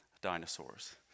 dinosaurs